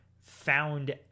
found